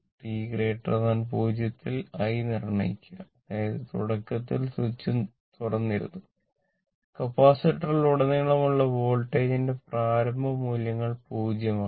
t 0 ഇൽ i നിർണ്ണയിക്കുക അതായത് തുടക്കത്തിൽ സ്വിച്ച് തുറന്നിരുന്നു കപ്പാസിറ്ററിലുടനീളമുള്ള വോൾട്ടേജിന്റെ പ്രാരംഭ മൂല്യങ്ങൾ 0 ആണ്